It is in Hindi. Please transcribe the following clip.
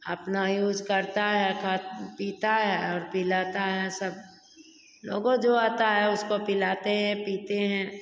अपना यूज़ करता है खा पीता है और पिलाता है सब लोगों जो आता है उसको पिलाते है पीते हैं